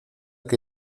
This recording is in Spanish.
que